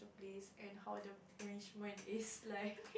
to place and how the arrangement is like